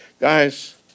Guys